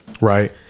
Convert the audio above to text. right